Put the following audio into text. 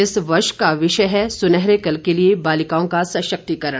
इस वर्ष का विषय है सुनहरे कल के लिए बालिकाओं का सशक्तीकरण